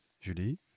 Julie